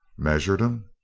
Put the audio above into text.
measured him?